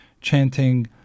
chanting